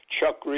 Chuck